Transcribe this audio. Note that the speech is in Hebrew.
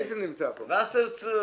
אושר.